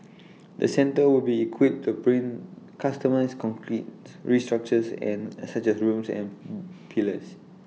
the centre will be equipped to print customised concrete structures and A such as rooms and pillars